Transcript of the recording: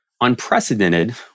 unprecedented